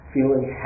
Feeling